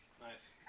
Nice